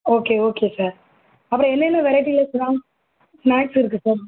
okay okay sir அப்புறம் என்னென்ன வெரைட்டியில் ஸ்நா ஸ்நாக்ஸ் இருக்குது சார்